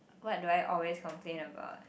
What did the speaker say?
what do I always complain about